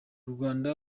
rwanda